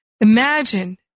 Imagine